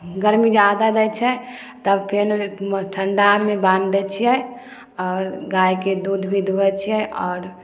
गरमी जादा दै छै तब फेन ठण्डामे बान्हि दै छिए आओर गाइके दूध भी दुहै छिए आओर